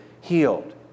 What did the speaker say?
healed